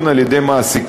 הביטחון על-ידי מעסיקו,